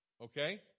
Okay